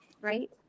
right